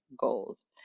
goals